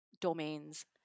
domains